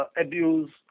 abuse